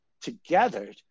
together